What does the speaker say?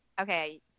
okay